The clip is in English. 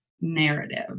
narrative